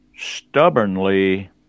Stubbornly